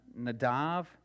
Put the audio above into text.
Nadav